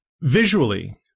Visually